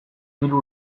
hiru